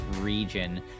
region